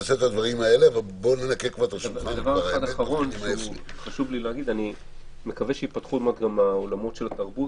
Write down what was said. אני מקווה שייפתחו עוד מעט גם האולמות של התרבות.